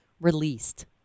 released